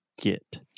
get